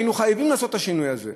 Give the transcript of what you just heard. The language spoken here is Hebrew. היינו חייבים לעשות את השינוי הזה,